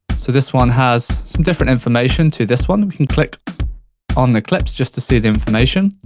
so this one has some different information, to this one. we can click on the clips, just to see the information.